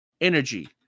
energy